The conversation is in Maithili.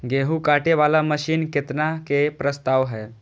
गेहूँ काटे वाला मशीन केतना के प्रस्ताव हय?